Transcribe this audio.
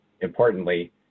importantly